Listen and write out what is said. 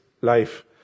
life